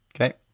Okay